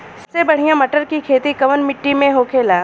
सबसे बढ़ियां मटर की खेती कवन मिट्टी में होखेला?